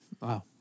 Wow